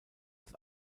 des